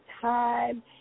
time